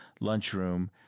lunchroom